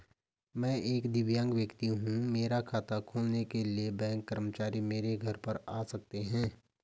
मैं एक दिव्यांग व्यक्ति हूँ मेरा खाता खोलने के लिए बैंक कर्मचारी मेरे घर पर आ सकते हैं?